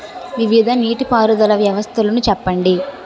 వివిధ నీటి పారుదల వ్యవస్థలను చెప్పండి?